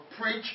preach